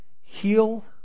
heal